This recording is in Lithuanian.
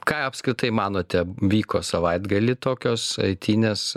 ką apskritai manote vyko savaitgalį tokios eitynės